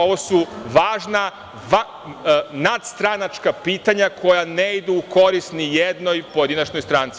Ovo su važna nadstranačka pitanja koja ne idu u korist ni jednoj pojedinačnoj stranci.